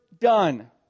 done